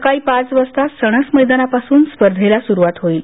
सकाळी पाच वाजता सणस मैदानापासुन स्पर्धेला सुरुवात होईल